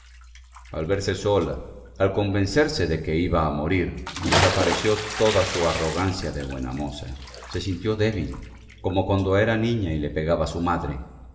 al verse sola al convencerse de que iba a morir desapareció toda su arrogancia de buena moza se sintió débil como cuando era niña y le pegaba su madre